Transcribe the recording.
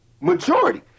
majority